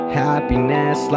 happiness